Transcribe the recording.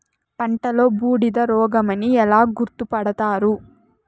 పంటలో బూడిద రోగమని ఎలా గుర్తుపడతారు?